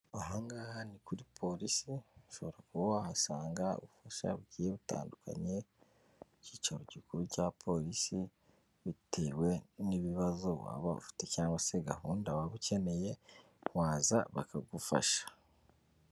Aha ngaha ni kuri polisi ushobora kuba wahasanga ubufasha bugiye butandukanye, ku cyicaro gikuru cya polisi bitewe n'ibibazo waba ufite cyangwa se gahunda waba ukeneye waza bakagufasha.